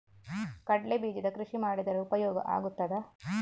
ಕಡ್ಲೆ ಬೀಜದ ಕೃಷಿ ಮಾಡಿದರೆ ಉಪಯೋಗ ಆಗುತ್ತದಾ?